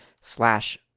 slash